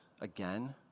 again